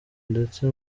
ndetse